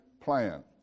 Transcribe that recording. plan